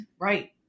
Right